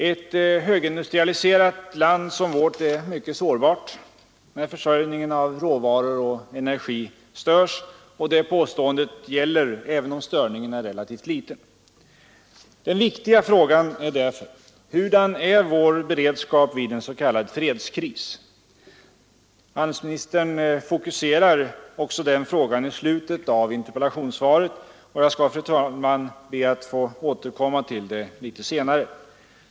Ett högindustrialiserat land som vårt är mycket sårbart när försörjningen av råvaror och energi störs — och det påståendet gäller även om störningen är relativt liten. Den viktiga frågan är därför: Hurdan är vår beredskap vid en s.k. fredskris? Handelsministern fokuserar också den frågan i slutet av interpellationssvaret. Jag skall, fru talman, be att få återkomma till detta litet senare.